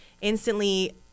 instantly